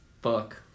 Fuck